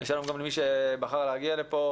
שלום גם למי מהמוזמנים שבחר להגיע כאן.